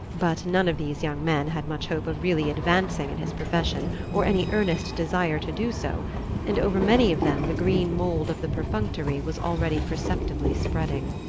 but none of these young men had much hope of really advancing in his profession, or any earnest desire to do so and over many of them the green mould of the perfunctory was already perceptibly spreading.